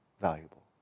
valuable